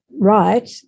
right